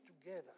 together